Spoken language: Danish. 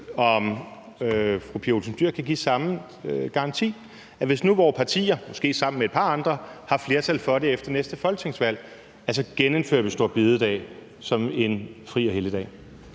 om fru Pia Olsen Dyhr kan give samme garanti om, at vi, hvis nu vore partier, måske sammen med et par andre, har flertal for det efter næste folketingsvalg, så genindfører store bededag som en fri- og helligdag.